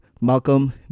Malcolm